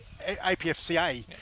APFCA